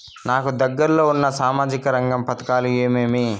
నాకు దగ్గర లో ఉన్న సామాజిక రంగ పథకాలు ఏమేమీ?